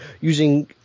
using